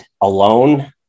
alone